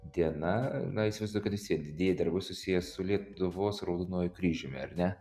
diena na įsivaizduoju kad vis vien didieji darbai susiję su lietuvos raudonuoju kryžiumi ar ne